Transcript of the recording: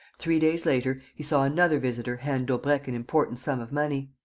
three days later he saw another visitor hand daubrecq an important sum of money.